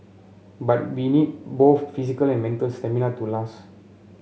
but we need both physical and mental stamina to last